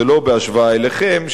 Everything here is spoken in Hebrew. זה לא בהשוואה אליכם,